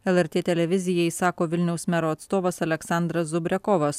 lrt televizijai sako vilniaus mero atstovas aleksandras zubrekovas